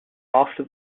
after